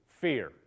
fear